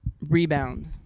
Rebound